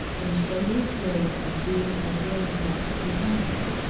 and showed his dread of being again left behind,